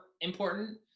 important